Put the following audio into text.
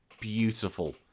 beautiful